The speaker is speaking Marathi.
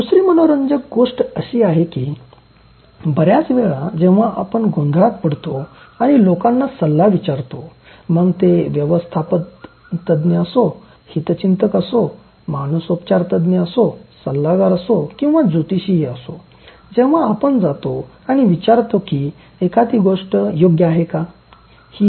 दुसरी मनोरंजक गोष्ट अशी आहे की बर्याच वेळा जेव्हा आपण गोंधळात पडतो आणि लोकांना सल्ला विचारतो मग ते व्यवस्थापतज्ञ असो हितचिंतक असो मानसोपचारतज्ज्ञ असो सल्लागार असो किंवा ज्योतिषीही असो जेव्हा आपण जातो आणि विचारतो की एखादी गोष्ट योग्य आहे का